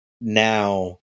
Now